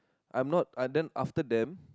I'm not and then after them